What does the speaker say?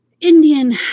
Indian